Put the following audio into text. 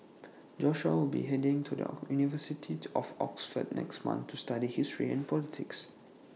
Joshua will be heading to the university of Oxford next month to study history and politics